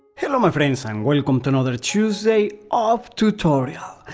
hello my friends and welcome to another tuesday of tutorial!